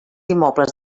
immobles